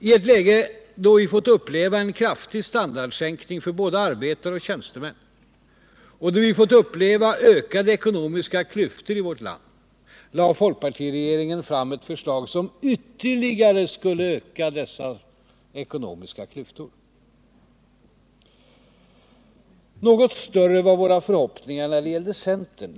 I ett läge, då vi fått uppleva en kraftig standardsänkning för både arbetare och tjänstemän och då vi fått uppleva ökade ekonomiska klyftor i vårt land, lade folkpartiregeringen fram ett förslag som ytterligare skulle öka dessa ekonomiska klyftor. Något större var våra förhoppningar när det gällde centern.